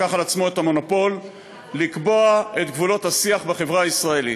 לקח על עצמו את המונופול לקבוע את גבולות השיח בחברה הישראלית.